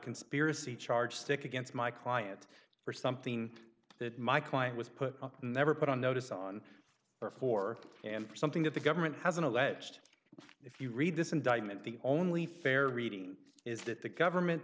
conspiracy charge stick against my client for something that my client was put up never put on notice on or for and for something that the government has an alleged if you read this indictment the only fair reading is that the government